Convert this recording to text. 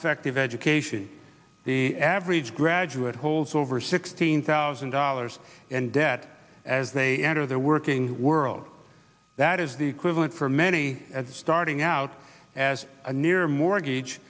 effective education the average graduate holds over sixteen thousand dollars in debt as they enter the working world that is the equivalent for many starting out as a near mortgage